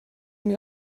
mir